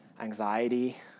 anxiety